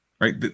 Right